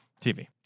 TV